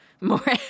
more